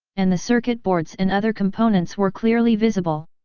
and the circuit boards and other components were clearly visible.